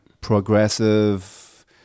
progressive